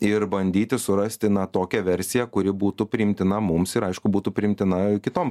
ir bandyti surasti na tokią versiją kuri būtų priimtina mums ir aišku būtų priimtina kitom